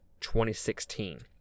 2016